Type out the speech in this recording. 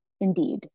Indeed